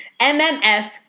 MMF